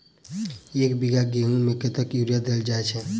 एक बीघा गेंहूँ मे कतेक यूरिया देल जाय छै?